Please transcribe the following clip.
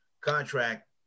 contract